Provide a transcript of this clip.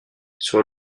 sur